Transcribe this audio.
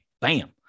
Bam